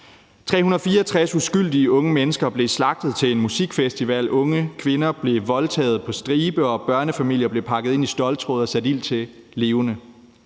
364 uskyldige unge mennesker blev slagtet til en musikfestival, unge kvinder blev voldtaget på stribe, og børnefamilier blev pakket ind i ståltråd og sat ild til levende.